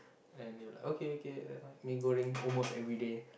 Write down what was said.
and they are like okay okay never mind mee-goreng almost everyday